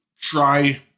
try